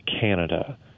Canada